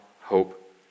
hope